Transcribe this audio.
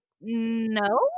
no